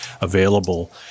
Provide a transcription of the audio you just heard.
available